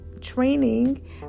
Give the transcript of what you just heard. training